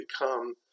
become